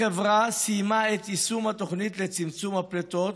החברה סיימה את יישום התוכנית לצמצום הפליטות,